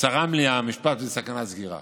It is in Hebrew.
צרם לי המשפט "בסכנת סגירה".